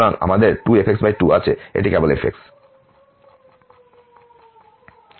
সুতরাং আমাদের 2fx2 আছে এটি কেবল f